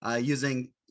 using